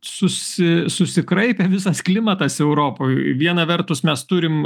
susi susikraipė visas klimatas europoj viena vertus mes turim